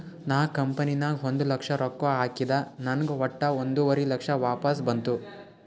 ನಾ ಕಂಪನಿ ನಾಗ್ ಒಂದ್ ಲಕ್ಷ ರೊಕ್ಕಾ ಹಾಕಿದ ನಂಗ್ ವಟ್ಟ ಒಂದುವರಿ ಲಕ್ಷ ವಾಪಸ್ ಬಂತು